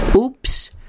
Oops